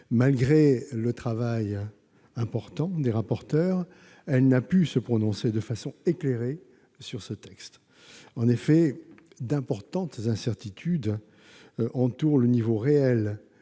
Malgré un important travail des rapporteurs, elle n'a pu se prononcer de façon éclairée sur ce texte. En effet, de grandes incertitudes entourent le niveau réel